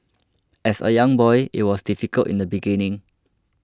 as a young boy it was difficult in the beginning